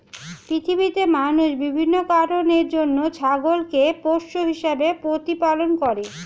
পৃথিবীতে মানুষ বিভিন্ন কারণের জন্য ছাগলকে পোষ্য হিসেবে প্রতিপালন করে